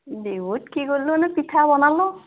বিহুত কি কৰিলোঁ মানে পিঠা বনালোঁ